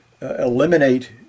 eliminate